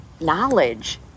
knowledge